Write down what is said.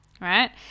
right